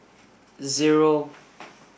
zero